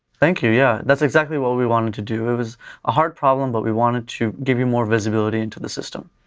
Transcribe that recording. thank you. yeah. that's exactly what we wanted to do. it was a hard problem, but we wanted to give you more visibility into the system.